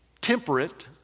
temperate